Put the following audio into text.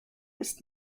ist